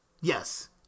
Yes